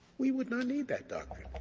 we would not need that doctrine.